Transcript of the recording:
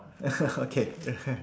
okay